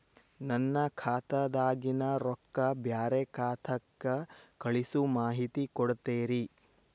ನನ್ನ ಖಾತಾದಾಗಿನ ರೊಕ್ಕ ಬ್ಯಾರೆ ಖಾತಾಕ್ಕ ಕಳಿಸು ಮಾಹಿತಿ ಕೊಡತೇರಿ?